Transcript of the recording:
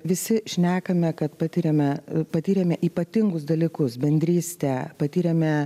visi šnekame kad patiriame patyrėme ypatingus dalykus bendrystę patyrėme